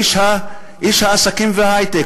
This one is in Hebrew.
איש העסקים וההיי-טק,